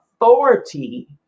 authority